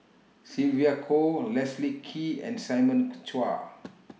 Sylvia Kho Leslie Kee and Simon Chua